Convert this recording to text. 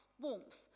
warmth